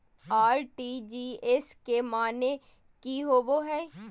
RTGS के माने की होबो है?